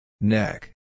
Neck